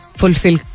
fulfill